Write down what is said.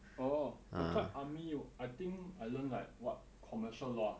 oh 我在 army 有 I think I learned like what commercial law ah